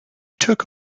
took